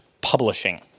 publishing